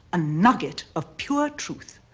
a nugget of pure truth,